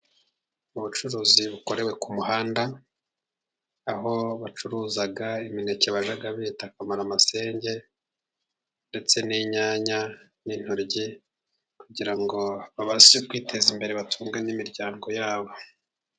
Ubucuruzi bukorewe ku muhanda, aho bacuruza imineke, bajya bita kamaramasenge ndetse n'inyanya n'intoryi, kugira ngo babashe kwiteza imbere, batunge n'imiryango yabo.